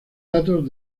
datos